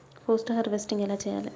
Post harvesting ఎలా చెయ్యాలే?